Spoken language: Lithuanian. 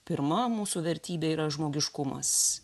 pirma mūsų vertybė yra žmogiškumas